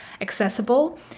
accessible